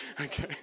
Okay